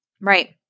Right